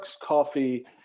coffee